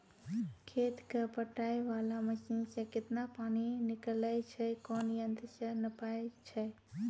खेत कऽ पटाय वाला मसीन से केतना पानी निकलैय छै कोन यंत्र से नपाय छै